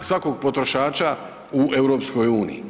svakog potrošača u EU.